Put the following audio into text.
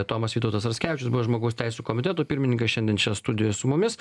tomas vytautas raskevičius buvęs žmogaus teisių komiteto pirmininkas šiandien čia studijoj su mumis